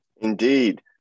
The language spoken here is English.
Indeed